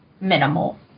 minimal